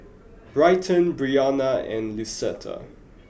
Bryton Brionna and Lucetta